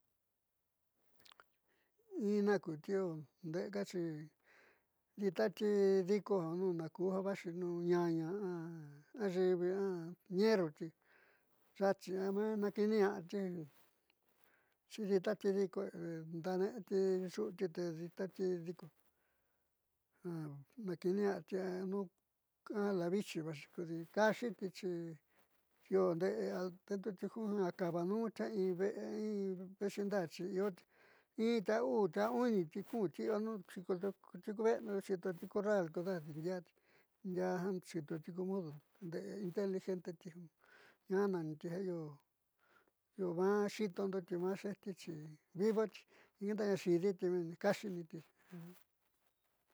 Ina kuuti nde'ekaxi di'itati diko najku ja vaaxi nuu ñaña a ayiivi a ñerruti ya'axi naakiiniña'ati xi diitati diko ndaane'eti yu'uti te ditati diko naakiiniña'ati anuu la viichi vaxi kodi kaaxiitixi io de'e atento ti ju in kaavanuu in ti ve'e in representarxi inti, uuti, uniti, kunti ku ve'edo xiitoti corral kodejadi ndiaá jiaa xiitoti ku mudondo ndeé inteligenteti jiaa namiti ja io maa xiitondoti maa xeejtixixivivoti meeni xi'iditi meeniti kaaxi.